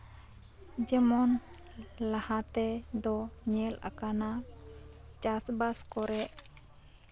ᱡᱮᱢᱚᱱ ᱞᱟᱦᱟᱛᱮ ᱫᱚ ᱧᱮᱞ ᱟᱠᱟᱱᱟ ᱪᱟᱥᱼᱵᱟᱥ ᱠᱚᱨᱮᱜ